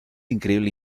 increíble